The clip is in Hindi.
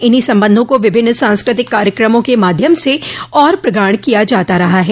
इन्हीं संबंधों को विभिन्न सांस्कृतिक कार्यक्रमों के माध्यम से और प्रगाढ़ किया जाता रहा है